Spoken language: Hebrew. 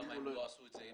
למה הם לא עשו את זה?